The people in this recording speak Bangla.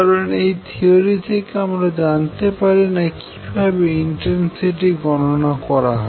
কারণ এই থিওরী থেকে আমরা জানতে পারিনা কিভাবে ইনটেনসিটি গণনা করা হয়